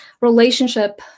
relationship